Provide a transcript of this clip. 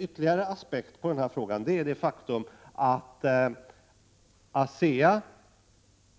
Ytterligare en aspekt på denna fråga är det faktum att ASEA